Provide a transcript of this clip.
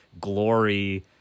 glory